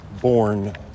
born